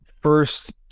first